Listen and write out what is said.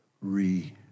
Re